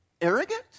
Arrogant